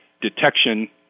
detection